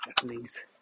Japanese